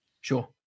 Sure